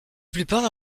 plupart